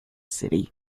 city